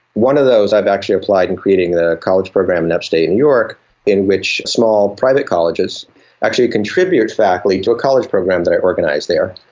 one of those i've actually applied in creating the college program in upstate new and york in which small private colleges actually contribute faculty to a college program that i organise there,